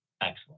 Excellent